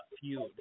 feud